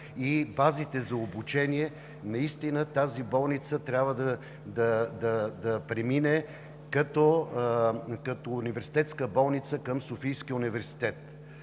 и базите за обучение, трябва да премине като университетска болница към Софийския университет.